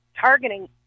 targeting